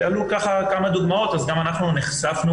ועלו כמה דוגמאות אז גם אנחנו נחשפנו